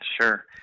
Sure